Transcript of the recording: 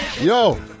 Yo